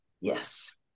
Yes